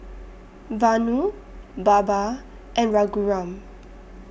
Vanu Baba and Raghuram